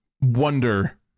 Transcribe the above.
wonder